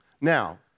Now